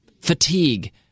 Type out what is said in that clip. fatigue